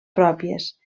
pròpies